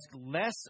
less